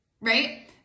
right